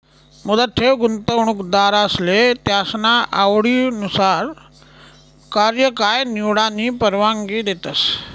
मुदत ठेव गुंतवणूकदारसले त्यासना आवडनुसार कार्यकाय निवडानी परवानगी देतस